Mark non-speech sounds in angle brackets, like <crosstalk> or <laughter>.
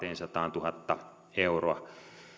<unintelligible> kaksisataatuhatta euroa